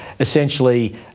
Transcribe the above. essentially